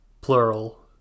Plural